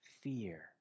Fear